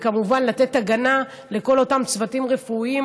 וכמובן לתת הגנה לכל אותם צוותים רפואיים